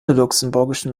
luxemburgischen